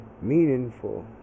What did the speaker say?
meaningful